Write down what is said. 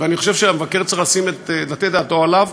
ואני חושב שהמבקר צריך לתת דעתו עליו,